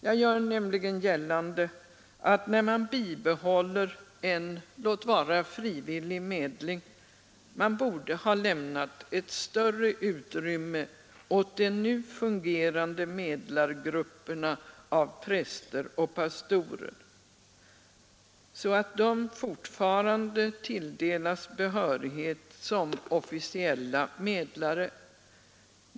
Jag gör nämligen gällande, att när man bibehåller en — Äktenskapslagstiftlåt vara frivillig — medling, man borde ha lämnat ett större utrymme åt TSE de nu fungerande medlargrupperna av präster och pastorer, så att de fortfarande tilldelas behörighet som officiella medlare.